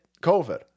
COVID